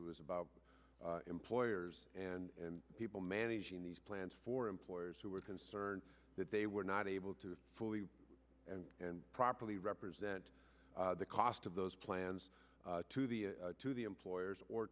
it was about employers and people managing these plans for employers who were concerned that they were not able to fully and properly represent the cost of those plans to the to the employers or